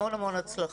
המון המון הצלחה.